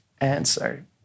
answer